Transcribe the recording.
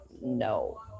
no